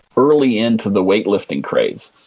early into the weightlifting craze.